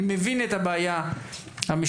אני מבין את הבעיה המשפטית,